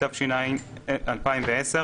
התש"ע-2010,